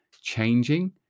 changing